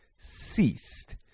ceased